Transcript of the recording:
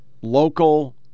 Local